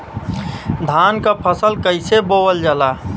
धान क फसल कईसे बोवल जाला?